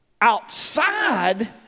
outside